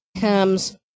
comes